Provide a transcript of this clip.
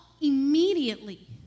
immediately